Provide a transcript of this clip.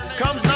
comes